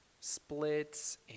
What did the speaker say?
splits